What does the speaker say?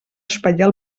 espatllar